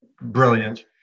brilliant